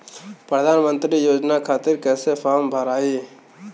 प्रधानमंत्री योजना खातिर कैसे फार्म भराई?